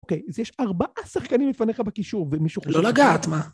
אוקיי, אז יש ארבעה שחקנים בפניך בקישור, ומישהו... לא לגעת, מה?